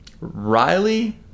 Riley